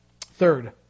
Third